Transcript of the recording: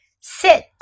sit